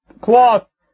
cloth